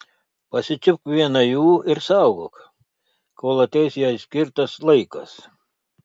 pasičiupk vieną jų ir saugok kol ateis jai skirtas laikas